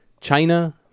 China